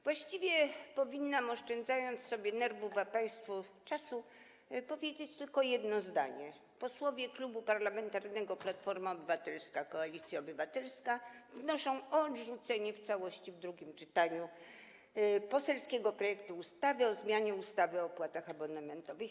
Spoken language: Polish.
Właściwie powinnam, oszczędzając sobie nerwów, a państwu czasu, powiedzieć tylko jedno zdanie: posłowie Klubu Parlamentarnego Platforma Obywatelska - Koalicja Obywatelska wnoszą o odrzucenie w całości w drugim czytaniu poselskiego projektu ustawy o zmianie ustawy o opłatach abonamentowych.